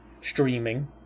streaming